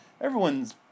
Everyone's